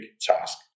task